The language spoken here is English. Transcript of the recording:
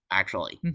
actually.